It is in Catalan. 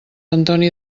antoni